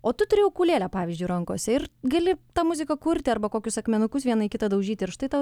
o tu turi ukulėlę pavyzdžiui rankose ir gali tą muziką kurti arba kokius akmenukus vieną į kitą daužyti ir štai tau